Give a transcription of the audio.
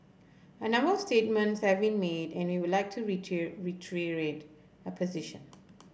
a number of statements have made and we will like to our position